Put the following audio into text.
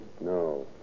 No